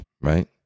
Right